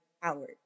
Howard